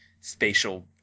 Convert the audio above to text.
spatial